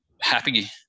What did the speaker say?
happy